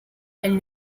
elles